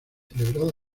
celebrada